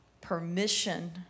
permission